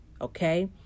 okay